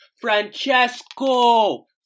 Francesco